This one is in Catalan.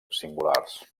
singulars